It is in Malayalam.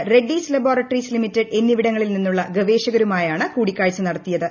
റെഡ്ഡിസ് ലബോറട്ടറീസ് ലിമിറ്റഡ് എന്നിവിടങ്ങളിൽ നിന്നുള്ള ഗവേഷകരുമായാണ് കൂടിക്കാഴ്ച നടത്തിയത്